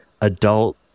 adult